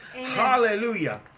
Hallelujah